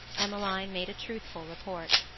emmeline made a truthful report.